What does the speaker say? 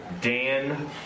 Dan